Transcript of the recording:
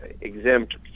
exempt